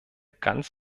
ganz